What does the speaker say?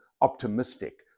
optimistic